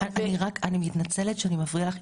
אני מתנצלת שאני מפריעה לך,